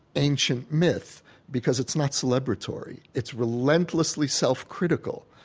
ancient myth because it's not celebratory. it's relentlessly self-critical,